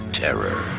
terror